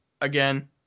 again